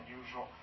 usual